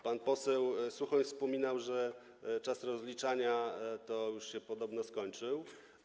Pan poseł Suchoń wspominał, że czas rozliczania już się podobno skończył.